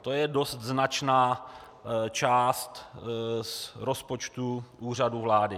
To je dost značná část z rozpočtu Úřadu vlády.